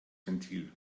ventil